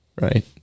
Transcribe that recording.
right